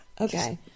Okay